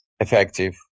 effective